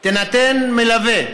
בהסעות